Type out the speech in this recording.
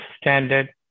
standard